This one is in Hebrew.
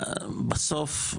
בסוף,